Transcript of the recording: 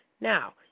Now